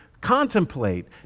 contemplate